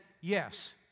yes